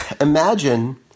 imagine